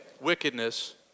wickedness